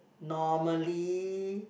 normally